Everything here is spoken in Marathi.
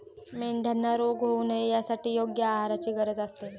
मेंढ्यांना रोग होऊ नये यासाठी योग्य आहाराची गरज असते